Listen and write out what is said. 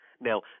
Now